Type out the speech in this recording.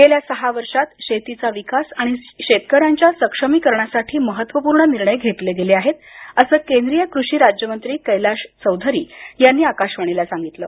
गेल्या सहा वर्षात शेतीचा विकास आणि शेतकऱ्यांच्या सक्षमीकरणासाठी महत्त्वपूर्ण निर्णय घेतले गेले आहेत असं केंद्रीय कृषी राज्यमंत्री कैलाश चौधरी यांनी आकाशवाणीला सांगितलं